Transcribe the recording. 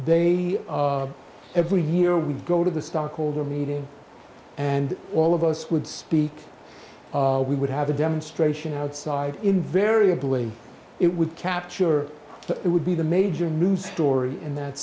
they every year we go to the stockholder meeting and all of us would speak we would have a demonstration outside invariably it would capture the it would be the major news story in that